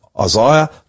Isaiah